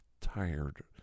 tired